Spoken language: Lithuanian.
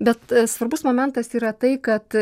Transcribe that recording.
bet svarbus momentas yra tai kad